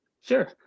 sure